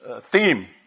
theme